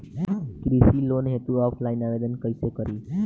कृषि लोन हेतू ऑफलाइन आवेदन कइसे करि?